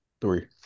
three